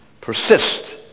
persist